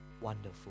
wonderful